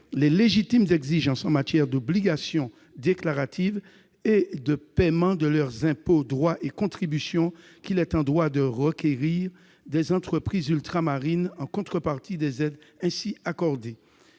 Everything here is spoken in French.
les légitimes exigences en matière d'obligations déclaratives et de paiement de leurs impôts, droits et contributions qu'il est en droit de requérir des entreprises ultramarines en contrepartie des aides accordées.